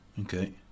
Okay